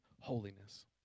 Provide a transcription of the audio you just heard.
holiness